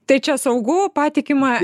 tai čia saugu patikima